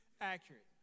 accurate